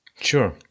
Sure